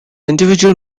individual